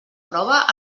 prova